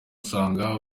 usanga